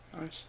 Nice